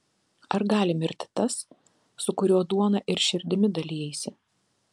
ar gali mirti tas su kuriuo duona ir širdimi dalijaisi